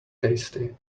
tasty